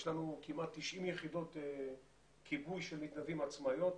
יש לנו כמעט 90 יחידות כיבוי של מתנדבים עצמאיות.